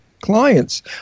clients